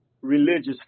religious